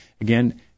Again